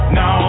no